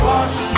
Wash